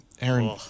Aaron